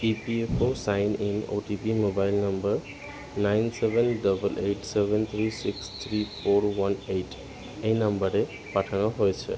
E P F O sign in OTP mobile number nine seven double eight seven three six three four one eight এই নাম্বারে পাঠানো হয়েছে